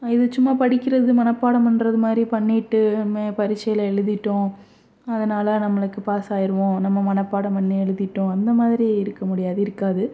இது சும்மா படிக்கிறது மனப்பாடம் பண்ணுறது மாதிரி பண்ணிட்டு பரிட்சையில எழுதிவிட்டோம் அதனால் நம்மளுக்கு பாஸ் ஆகிருவோம் நம்ம மனப்பாடம் பண்ணி எழுதிவிட்டோம் அந்த மாதிரி இருக்க முடியாது இருக்காது